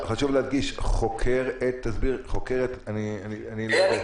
חשוב להדגיש תסביר אתה חוקר --- אני כותב,